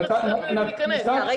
תני לי